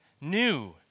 new